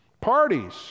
parties